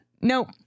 Nope